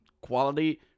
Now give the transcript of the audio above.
Quality